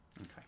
okay